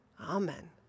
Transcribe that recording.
Amen